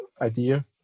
idea